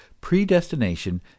predestination